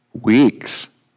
weeks